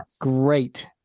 great